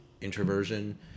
introversion